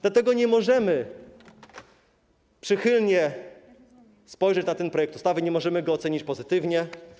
Dlatego nie możemy przychylnie spojrzeć na ten projekt ustawy, nie możemy go ocenić pozytywnie.